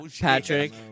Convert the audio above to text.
Patrick